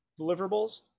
deliverables